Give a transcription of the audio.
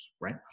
right